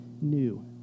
new